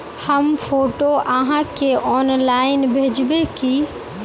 हम फोटो आहाँ के ऑनलाइन भेजबे की?